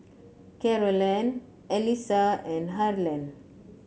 Carolann Allyssa and Harland